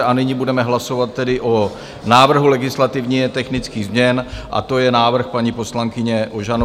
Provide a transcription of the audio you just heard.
A nyní budeme hlasovat tedy o návrhu legislativně technických změn, a to je návrh paní poslankyně Ožanové.